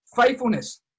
faithfulness